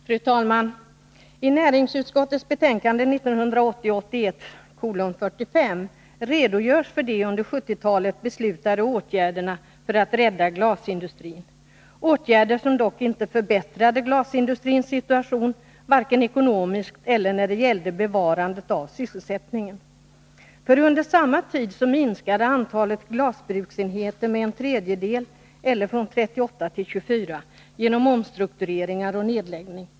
Fru talman! I näringsutskottets betänkande 1980/81:45 redogörs för de under 1970-talet beslutade åtgärderna för att rädda glasindustrin — åtgärder som dock inte förbättrade glasindustrins situation, varken ekonomiskt eller när det gällde bevarandet av sysselsättningen. Under samma tid minskade nämligen antalet glasbruksenheter med en tredjedel, eller från 38 till 24, genom omstruktureringar och nedläggning.